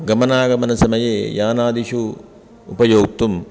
गमनागमनसमये यानादिषु उपयोक्तुम्